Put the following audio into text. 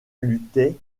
luttaient